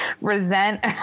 resent